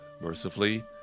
Mercifully